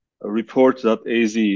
report.az